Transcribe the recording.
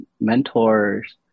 mentors